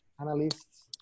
analysts